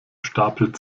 stapel